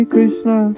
Krishna